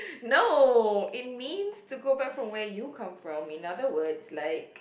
no it means to go back from where you come from in other words like